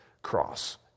cross